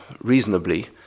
reasonably